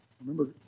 Remember